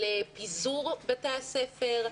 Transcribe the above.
של פיזור בתי הספר,